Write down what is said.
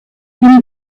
une